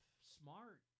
smart